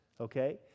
okay